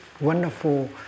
wonderful